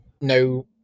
no